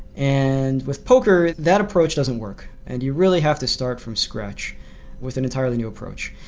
and with poker, that approach doesn't work, and you really have to start from scratch with an entirely new approach.